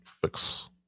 fix